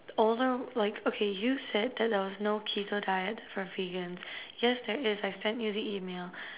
the older like okay you said that there was no keto diets for vegans yes there is I sent you the email